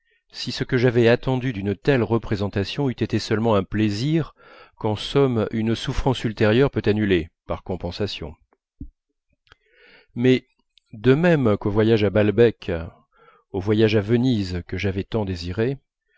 si ce que j'avais attendu d'une telle représentation eût été seulement un plaisir qu'en somme une souffrance ultérieure peut annuler par compensation mais de même qu'au voyage à balbec au voyage à venise que j'avais tant désirés